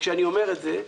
כשאני אומר את זה,